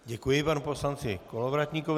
Děkuji panu poslanci Kolovratníkovi.